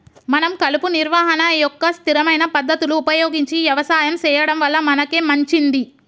మనం కలుపు నిర్వహణ యొక్క స్థిరమైన పద్ధతులు ఉపయోగించి యవసాయం సెయ్యడం వల్ల మనకే మంచింది